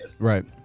Right